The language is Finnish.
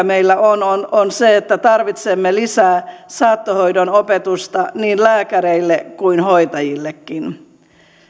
meillä on on että tarvitsemme lisää saattohoidon opetusta niin lääkäreille kuin hoitajillekin